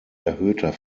erhöhter